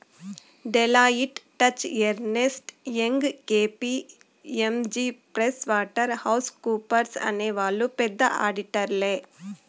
Deloitte, Touche Ernst, Young KPMG Pricewaterhouse కూపర్స్అనే వాళ్ళు పెద్ద ఆడిటర్లే